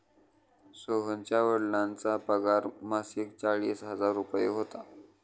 सोहनच्या वडिलांचा पगार मासिक चाळीस हजार रुपये होता